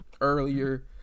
earlier